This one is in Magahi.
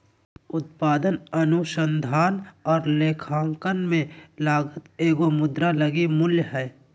उत्पादन अनुसंधान और लेखांकन में लागत एगो मुद्रा लगी मूल्य हइ